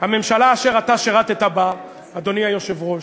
הממשלה אשר אתה שירַתָּ בה, אדוני היושב-ראש,